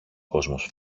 κόσμος